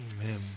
Amen